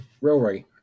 railway